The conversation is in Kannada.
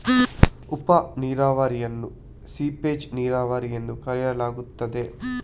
ಉಪ ನೀರಾವರಿಯನ್ನು ಸೀಪೇಜ್ ನೀರಾವರಿ ಎಂದೂ ಕರೆಯಲಾಗುತ್ತದೆ